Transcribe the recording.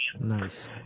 Nice